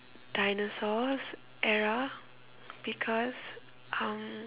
dinosaurs era because um